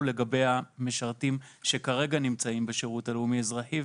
לגבי המשרתים שכרגע נמצאים בשירות הלאומי-אזרחי,